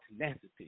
tenacity